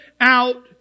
out